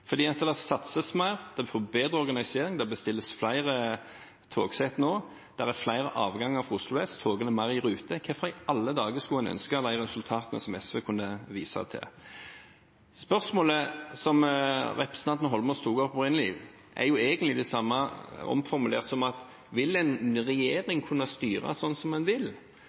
det satses mer, det er bedre organisering, det bestilles flere togsett nå, det er flere avganger fra Oslo S, og togene er mer i rute. Hvorfor i alle dager skulle en ønske de resultatene som SV kunne vise til? Spørsmålet som representanten Eidsvoll Holmås tok opp opprinnelig, er egentlig det samme – omformulert – som dette: Vil en regjering kunne styre slik som den vil?